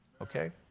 Okay